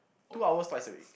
two hours twice a week